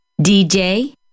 dj